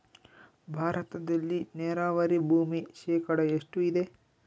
ಭಾರತದಲ್ಲಿ ನೇರಾವರಿ ಭೂಮಿ ಶೇಕಡ ಎಷ್ಟು ಇದೆ?